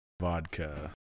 Vodka